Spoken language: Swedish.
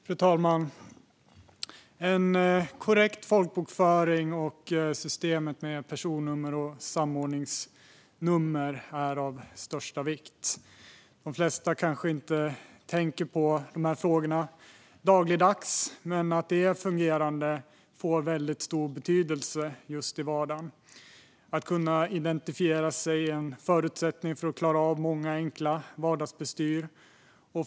Fru talman! Korrekt folkbokföring är av största vikt, liksom systemet med personnummer och samordningsnummer. De flesta kanske inte tänker på de här frågorna dagligdags, men att detta fungerar har väldigt stor betydelse i vardagen. Att kunna identifiera sig är en förutsättning för att klara av många enkla vardagsbestyr.